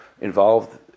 involved